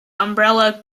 umbrella